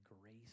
grace